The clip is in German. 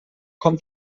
kommt